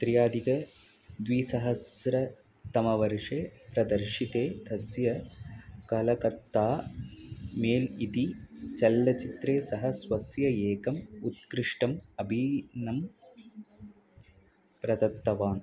त्रयाधिकद्विसहस्रतमे वर्षे प्रदर्शिते तस्य कलकत्ता मेल् इति चलचित्रे सः स्वस्य एकम् उत्कृष्टम् अभिनयं प्रदत्तवान्